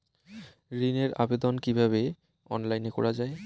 ঋনের আবেদন কিভাবে অনলাইনে করা যায়?